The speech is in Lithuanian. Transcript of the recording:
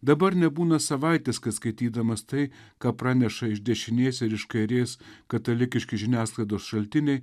dabar nebūna savaitės kad skaitydamas tai ką praneša iš dešinės ir iš kairės katalikiški žiniasklaidos šaltiniai